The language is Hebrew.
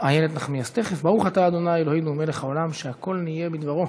ברוך אתה ה' אלוהינו מלך העולם שהכול נהיה בדברו.